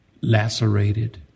lacerated